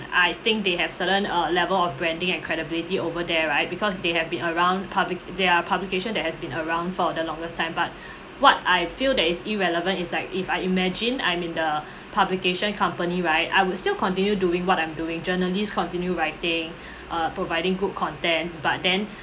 I think they have certain err level of branding and credibility over there right because they have been around publi~ their publication that has been around for the longest time but what I feel that it's irrelevant is like if I imagine I mean the publication company right I will still continue doing what I'm doing journalists continue right writing (uh)providing good contents but then